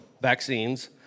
vaccines